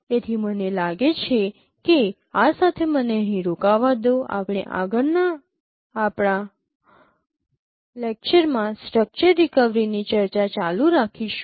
તેથી મને લાગે છે કે આ સાથે મને અહીં રોકાવા દો આપણે આગળ ના આપણા લેક્ચરમાં સ્ટ્રક્ચર રિકવરી ની ચર્ચા ચાલુ રાખીશું